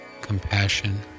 compassion